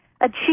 achieve